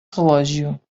relógio